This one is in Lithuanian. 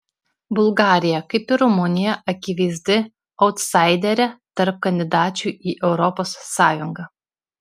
bulgarija kaip ir rumunija akivaizdi autsaiderė tarp kandidačių į europos sąjungą